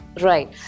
right